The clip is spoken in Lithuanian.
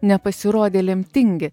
nepasirodė lemtingi